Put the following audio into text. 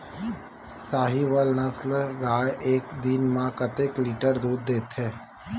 साहीवल नस्ल गाय एक दिन म कतेक लीटर दूध देथे?